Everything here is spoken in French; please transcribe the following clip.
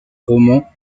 romans